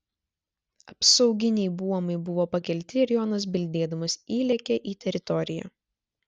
apsauginiai buomai buvo pakelti ir jonas bildėdamas įlėkė į teritoriją